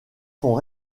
font